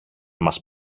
μας